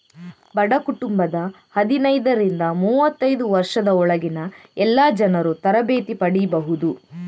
ಬಡ ಕುಟುಂಬದ ಹದಿನೈದರಿಂದ ಮೂವತ್ತೈದು ವರ್ಷದ ಒಳಗಿನ ಎಲ್ಲಾ ಜನರೂ ತರಬೇತಿ ಪಡೀಬಹುದು